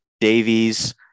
Davies